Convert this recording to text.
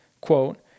quote